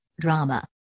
Drama